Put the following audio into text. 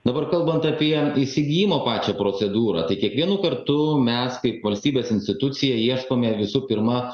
dabar kalbant apie įsigijimo pačią procedūrą tai kiekvienu kartu mes kaip valstybės institucija ieškome visų pirma